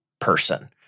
person